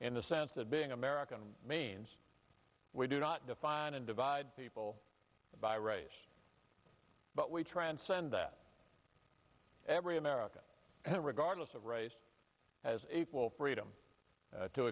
in the sense that being american means we do not define and divide people by race but we transcend that every american regardless of race has a full freedom to